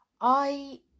I